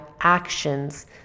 actions